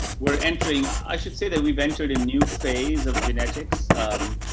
we're entering, i should say that we've entered a new phase of genetics. um,